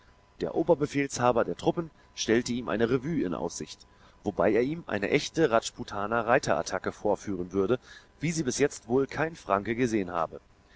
der oberbefehlshaber der truppen stellte ihm eine revue in aussicht wobei er ihm eine echte rajputaner reiterattacke vorführen würde wie sie bis jetzt wohl kein franke gesehen habe